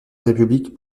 république